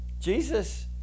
Jesus